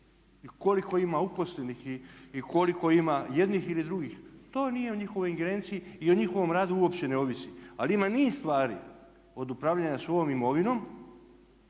koliko ima uposlenih i koliko ima jednih ili drugih to nije u njihovoj ingerenciji i o njihovom radu uopće ne ovisi. Ali ima niz stvari od upravljanja svojom imovinom